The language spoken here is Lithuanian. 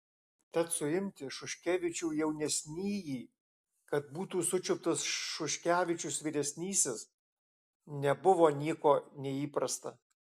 tad suimti šuškevičių jaunesnįjį kad būtų sučiuptas šuškevičius vyresnysis nebuvo nieko neįprasta